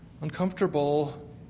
uncomfortable